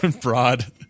broad